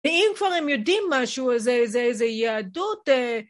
ואם כבר הם יודעים משהו, איזה יהדות...